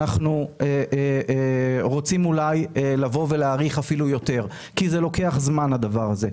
אנחנו רוצים אולי לבוא ולהאריך אפילו יותר כי זה לוקח זמן הדבר הזה.